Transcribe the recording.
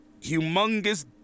humongous